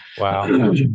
Wow